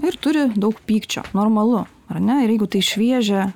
ir turi daug pykčio normalu ar ne ir jeigu tai šviežia